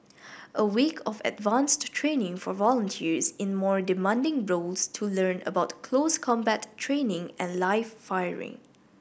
a week of advanced training for volunteers in more demanding roles to learn about close combat training and live firing